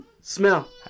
Smell